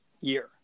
year